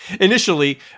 Initially